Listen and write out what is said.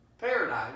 paradise